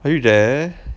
are you there